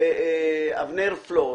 אבנר פלור,